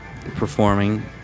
performing